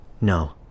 No